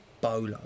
bolo